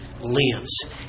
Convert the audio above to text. lives